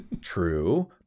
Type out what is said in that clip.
True